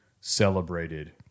celebrated